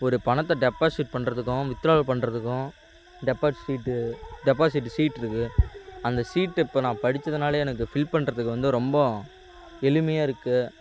ஒரு பணத்தை டெப்பாசிட் பண்ணுறதுக்கும் வித்துடிராவல் பண்ணுறதுக்கும் டெப்பாட்சி சீட்டு டெப்பாசிட்டு சீட்டு இருக்குது அந்த சீட்டை இப்போ நான் படிச்சதுனால் எனக்கு ஃபில் பண்ணுறதுக்கு வந்து ரொம்ப எளிமையாக இருக்கும்